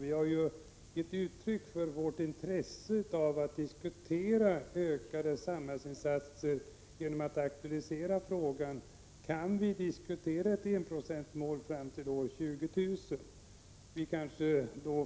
Vi har gett uttryck för vårt intresse att diskutera ökade samhällsinsatser genom att aktualisera frågan. Kan vi diskutera ett enprocentsmål fram till år 2000,